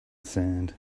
sand